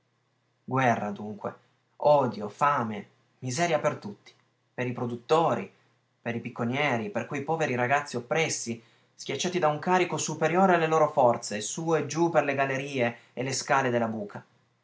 guerra dunque odio fame miseria per tutti per i produttori per i picconieri per quei poveri ragazzi oppressi schiacciati da un carico superiore alle loro forze su e giù per le gallerie e le scale della buca